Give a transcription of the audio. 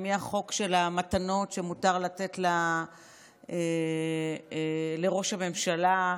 מהחוק של המתנות שמותר לתת לראש הממשלה,